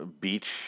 beach